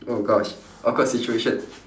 oh gosh awkward situation